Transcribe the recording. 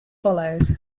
follows